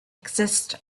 exists